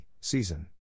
season